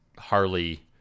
harley